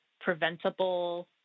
preventable